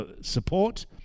support